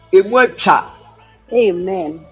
Amen